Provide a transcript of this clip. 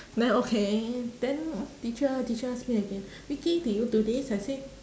then okay then teacher teacher ask me again vicky did you do this I say